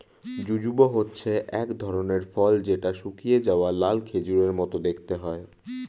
jujube হচ্ছে এক ধরনের ফল যেটা শুকিয়ে যাওয়া লাল খেজুরের মত দেখতে হয়